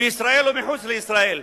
בישראל או מחוץ לישראל,